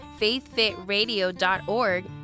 faithfitradio.org